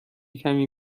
کمی